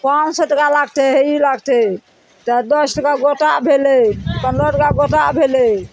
पाँच सओ टाका लागतइ हे ई लागतइ तऽ दस टाका गोटा भेलय पन्द्रह टाका गोटा भेलय